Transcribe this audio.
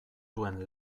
duen